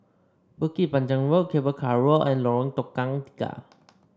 Bukit Panjang Road Cable Car Road and Lorong Tukang Tiga